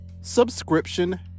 subscription